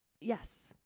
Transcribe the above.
Yes